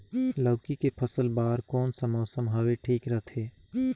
लौकी के फसल बार कोन सा मौसम हवे ठीक रथे?